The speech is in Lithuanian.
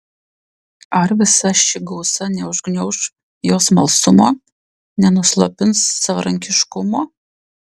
ar visa ši gausa neužgniauš jo smalsumo nenuslopins savarankiškumo